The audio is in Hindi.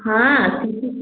हाँ सि टी